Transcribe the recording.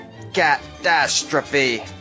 catastrophe